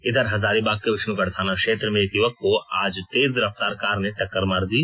इधर हजारीबाग के विष्णुगढ़ थाना क्षेत्र में एक युवक को आज तेज रफ्तार कार ने टक्कर मार दी